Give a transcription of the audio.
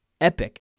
epic